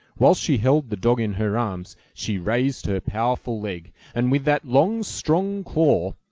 whilst she held the dog in her arms, she raised her powerful leg, and with that long, strong claw,